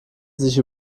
sich